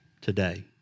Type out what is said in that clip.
today